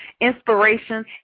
inspiration